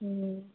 হুম